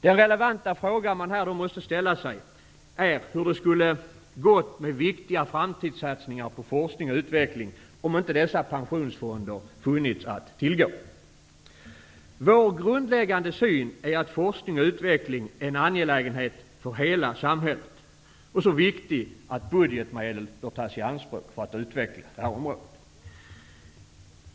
Den relevanta fråga man då måste ställa sig är hur det skulle ha gått med viktiga framtidssatsningar på forskning och utveckling om inte dessa pensionsfonder funnits att tillgå. Vår grundläggande syn är att forskning och utveckling är en angelägenhet för hela samhället. Den är så viktig att budgetmedel bör tas i anspråk för att utveckla detta område.